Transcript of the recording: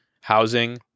housing